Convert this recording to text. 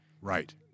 right